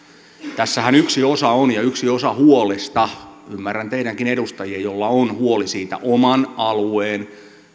tässähän yksi osa huolesta ymmärrän teitäkin edustajia joilla on huoli siitä oman alueen